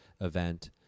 event